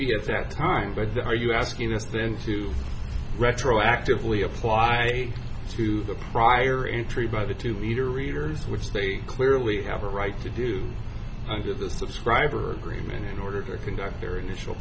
maybe at that time but there are you asking us then to retroactively apply to the prior entry by the two meter readers which they clearly have a right to do under the subscriber agreement in order to conduct their initial